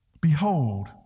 behold